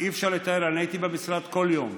אי-אפשר לתאר, אני הייתי במשרד כל יום,